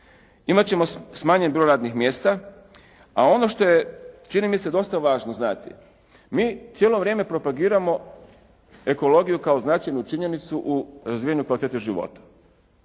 imat ćemo smanjen broj radnih mjesta a ono što je čini mi se dosta važno znati mi cijelo vrijeme propagiramo ekologiju kao značajnu činjenicu u razvijanju kvalitete života.